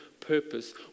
purpose